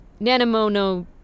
nanomono